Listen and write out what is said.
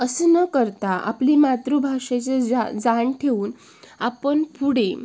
असं न करता आपली मातृभाषेचे जे जान जाण ठेवून आपण पुढे